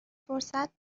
فرصت